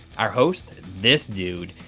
our host, this dude,